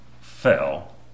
fell